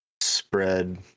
spread